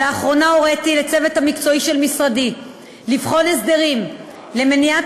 לאחרונה הוריתי לצוות המקצועי של משרדי לבחון הסדרים למניעת